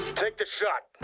take the shot.